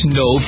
no